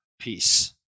peace